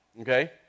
okay